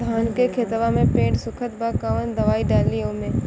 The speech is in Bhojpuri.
धान के खेतवा मे पेड़ सुखत बा कवन दवाई डाली ओमे?